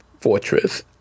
Fortress